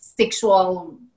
sexual